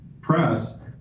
press